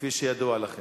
כפי שידוע לכם.